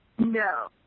No